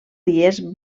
dies